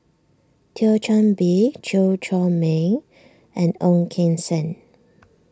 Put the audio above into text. Thio Chan Bee Chew Chor Meng and Ong Keng Sen